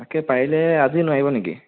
তাকে পাৰিলে আজি নোৱাৰিব নেকি